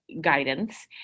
guidance